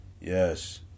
Yes